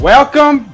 Welcome